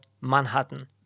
Manhattan